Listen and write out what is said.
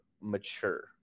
mature